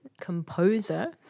composer